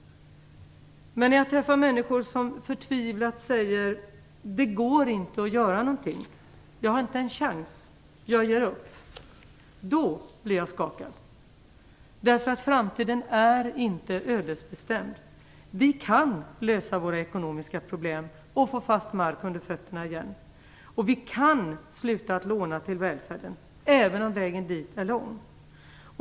Men när jag träffar människor som förtvivlat säger: Det går inte att göra någonting, jag har inte en chans, jag ger upp - då blir jag skakad, därför att framtiden är inte ödesbestämd. Vi kan lösa våra ekonomiska problem och få fast mark under fötterna igen. Vi kan sluta att låna till välfärden, även om vägen dit är lång.